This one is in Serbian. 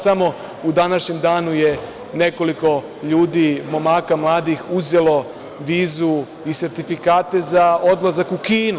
Samo u današnjem danu je nekoliko ljudi, mladih momaka uzelo vizu i sertifikate za odlazak u Kinu.